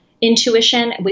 intuition